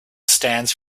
stands